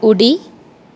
उडी